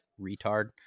retard